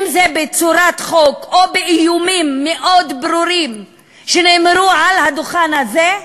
אם זה בצורת חוק או באיומים מאוד ברורים שנאמרו על הדוכן הזה,